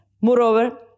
Moreover